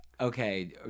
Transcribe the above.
Okay